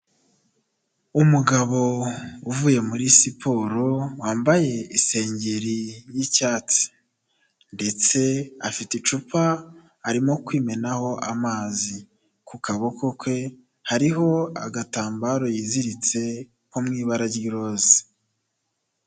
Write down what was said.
Umugabo uvuye muri siporo, wambaye isengeri y'icyatsi, ndetse afite icupa arimo kwimenaho amazi, ku kaboko ke, hariho agatambaro yiziritse ko mu ibara ry'iroza.